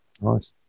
Nice